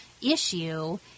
Issue